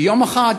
ושיום אחד,